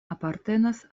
apartenas